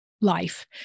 life